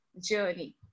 journey